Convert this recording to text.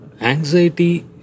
anxiety